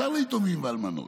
ישר ליתומים ואלמנות.